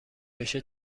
بشه